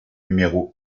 numéro